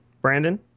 Brandon